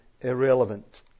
irrelevant